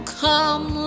come